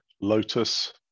Lotus